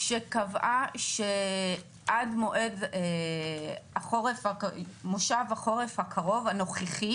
שקבעה שעד מועד מושב החורף הקרוב הנוכחי